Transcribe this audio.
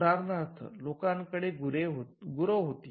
उदाहरणार्थ लोकांकडे गुरं होती